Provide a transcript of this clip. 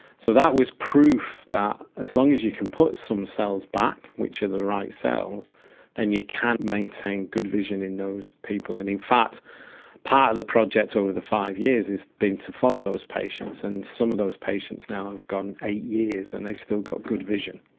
so that was proof that as long as you can put some cells back which are the right cells then you can maintain good vision in those people, and in fact part of the project over the five years has been to follow those patients, and some of those patients now have gone eight years and they've still got good vision.